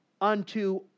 unto